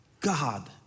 God